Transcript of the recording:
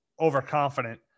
overconfident